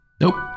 Nope